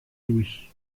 louis